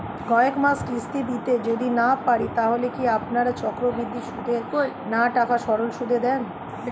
কয়েক মাস কিস্তি দিতে যদি না পারি তাহলে কি আপনারা চক্রবৃদ্ধি সুদে না সরল সুদে টাকা দেন?